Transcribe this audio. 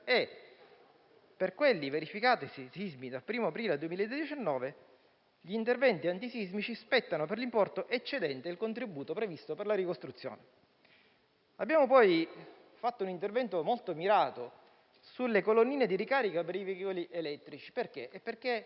Per i sismi verificatisi dal 1° aprile 2019 gli interventi antisismici spettano per l'importo eccedente il contributo previsto per la ricostruzione. Abbiamo fatto inoltre un intervento molto mirato sulle colonnine di ricarica per i veicoli elettrici, perché il